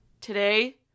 Today